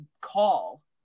call